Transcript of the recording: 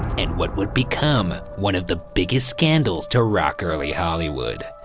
and what would become one of the biggest scandals to rock early hollywood.